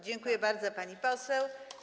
Dziękuję bardzo, pani poseł.